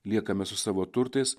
liekame su savo turtais